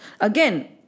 Again